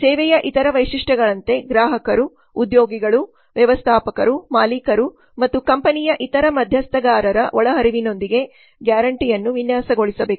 ಸೇವೆಯ ಇತರ ವೈಶಿಷ್ಟ್ಯಗಳಂತೆ ಗ್ರಾಹಕರು ಉದ್ಯೋಗಿಗಳು ವ್ಯವಸ್ಥಾಪಕರು ಮಾಲೀಕರು ಮತ್ತು ಕಂಪನಿಯ ಇತರ ಮಧ್ಯಸ್ಥಗಾರರ ಒಳಹರಿವಿನೊಂದಿಗೆ ಗ್ಯಾರಂಟಿಯನ್ನು ವಿನ್ಯಾಸಗೊಳಿಸಬೇಕು